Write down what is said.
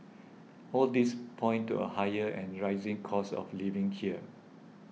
all these point to a higher and rising cost of living here